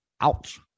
ouch